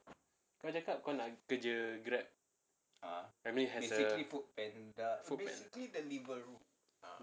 kau cakap kau nak kerja Grab I mean as a Foodpan~